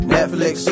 Netflix